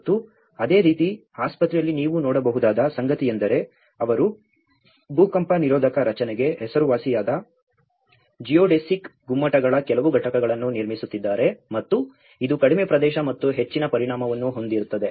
ಮತ್ತು ಅದೇ ರೀತಿ ಆಸ್ಪತ್ರೆಯಲ್ಲಿ ನೀವು ನೋಡಬಹುದಾದ ಸಂಗತಿಯೆಂದರೆ ಅವರು ಭೂಕಂಪ ನಿರೋಧಕ ರಚನೆಗೆ ಹೆಸರುವಾಸಿಯಾದ ಜಿಯೋಡೆಸಿಕ್ ಗುಮ್ಮಟಗಳ ಕೆಲವು ಘಟಕಗಳನ್ನು ನಿರ್ಮಿಸುತ್ತಿದ್ದಾರೆ ಮತ್ತು ಇದು ಕಡಿಮೆ ಪ್ರದೇಶ ಮತ್ತು ಹೆಚ್ಚಿನ ಪರಿಮಾಣವನ್ನು ಹೊಂದಿರುತ್ತದೆ